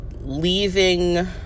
leaving